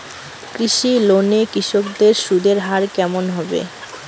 কৃষি লোন এ কৃষকদের সুদের হার কেমন হবে?